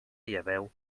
lleveu